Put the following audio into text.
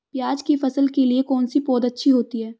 प्याज़ की फसल के लिए कौनसी पौद अच्छी होती है?